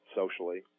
socially